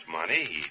money